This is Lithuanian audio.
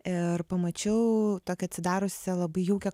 ir pamačiau tokią atsidariusią labai jaukią